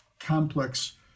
complex